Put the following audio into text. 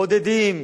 בודדים,